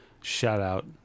Shout-out